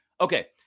Okay